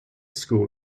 school